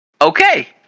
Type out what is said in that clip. Okay